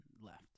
left